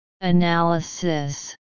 analysis